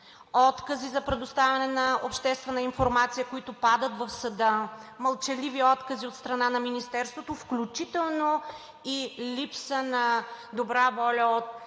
откази за предоставяне на обществена информация, които падат в съда, мълчаливи откази от страна на Министерството, включително и липса на добра воля от